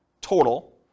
total